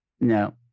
No